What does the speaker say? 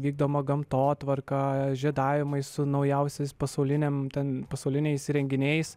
vykdoma gamtotvarka žiedavimai su naujausiais pasauliniam ten pasauliniais įrenginiais